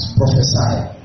prophesied